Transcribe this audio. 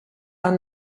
are